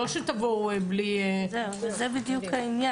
לא שתבואו לי --- זה בדיוק העניין.